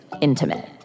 intimate